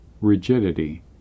rigidity